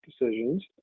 decisions